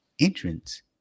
entrance